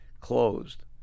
closed